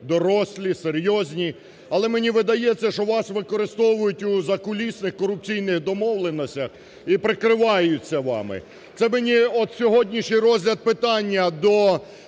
дорослі, серйозні. Але, мені видається, що вас використовують у закулісних корупційних домовленостях і прикриваються вами. Це мені от сьогоднішній розгляд питання до…